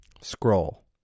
Scroll